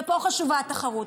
פה חשובה התחרות.